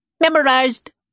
Memorized